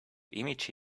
image